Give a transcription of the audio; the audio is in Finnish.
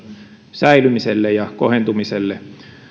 säilymiselle ja kohentumiselle